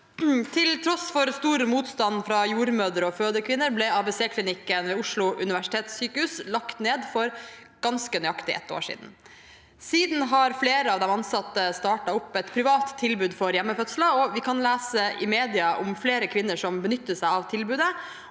«Til tross for stor motstand fra jordmødre og fødekvinner ble ABC-klinikken ved Oslo universitetssykehus lagt ned for ett år siden. Siden har flere av de ansatte startet opp et privat tilbud for hjemmefødsler, og vi kan lese i media om flere kvinner som benytter seg av tilbudet